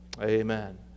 Amen